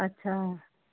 अच्छा